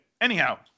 Anyhow